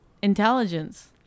intelligence